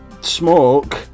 smoke